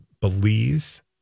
Belize